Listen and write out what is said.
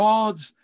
God's